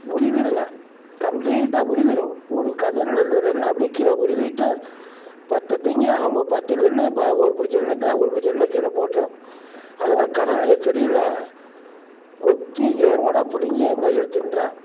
உருவிடுங்க கம்ப்ளீட்டாக உருவிடும் ஒரு கதிரில் இருந்த நெல்லை அப்படியே கீழே உருவிவிட்டு பத்தை திங்கும் ஆமாம் பத்து நெல் இப்போ ஒரு பிடிச்ச நெல்லை இழுத்துதுனா ஒரு மிச்ச எல்லாம் கீழே போட்டிரும் அதேபோல கடலையை செடியில் கொத்தி வேரோடு பிடிங்கி மயில் தின்றுடும்